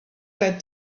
said